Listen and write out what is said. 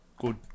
good